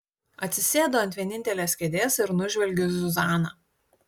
atsisėdu ant vienintelės kėdės ir nužvelgiu zuzaną